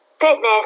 fitness